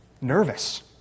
nervous